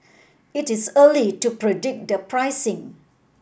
it is early to predic the pricing